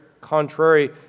contrary